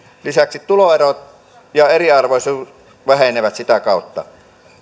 lisäksi tuloerot ja eriarvoisuus vähenevät sitä kautta